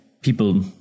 people